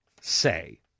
say